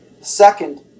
second